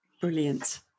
brilliant